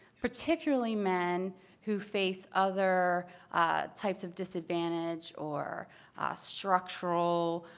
particularly men who face other types of disadvantage or ah structural